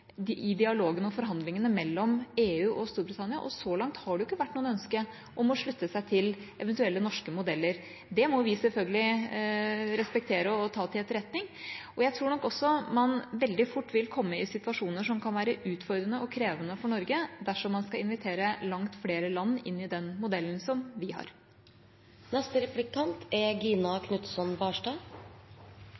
i dialogen og forhandlingene mellom EU og Storbritannia, og så langt har det ikke vært noe ønske om å slutte seg til eventuelle norske modeller. Det må vi selvfølgelig respektere og ta til etterretning. Jeg tror også man veldig fort vil komme i situasjoner som kan være utfordrende og krevende for Norge dersom man skal invitere langt flere land inn i den modellen som vi